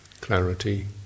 clarity